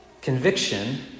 Conviction